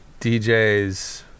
DJs